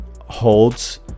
holds